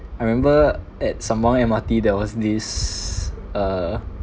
I remember at sembawang M_R_T there was this uh